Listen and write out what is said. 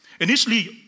Initially